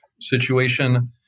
situation